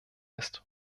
ist